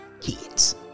kids